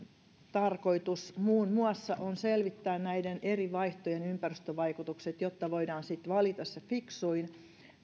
tarkoitus on muun muassa selvittää näiden eri vaihtojen ympäristövaikutukset jotta voidaan sitten valita se fiksuin